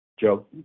Joe